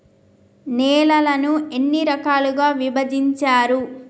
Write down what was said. నేలలను ఎన్ని రకాలుగా విభజించారు?